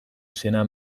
izena